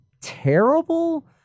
terrible